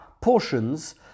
portions